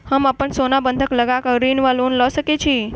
हम अप्पन सोना बंधक लगा कऽ ऋण वा लोन लऽ सकै छी?